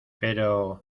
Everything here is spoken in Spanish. pero